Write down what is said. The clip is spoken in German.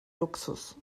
luxus